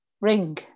Ring